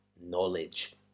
knowledge